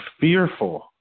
fearful